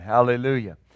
Hallelujah